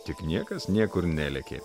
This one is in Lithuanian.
tik niekas niekur nelėkė